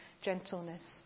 gentleness